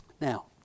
Now